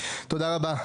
תודה רבה.